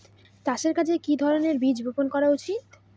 চাষের কাজে কি ধরনের বীজ বপন করা উচিৎ?